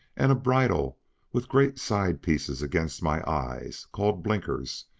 and a bridle with great side-pieces against my eyes, called blinkers,